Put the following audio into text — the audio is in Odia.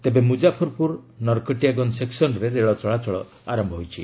ତେବେ ମୁଜାଫର୍ପୁର ନରକଟିଆଗଞ୍ଜ ସେକ୍ନନ୍ରେ ରେଳ ଚଳାଚଳ ଆରମ୍ଭ କରିଛି